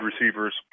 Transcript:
receivers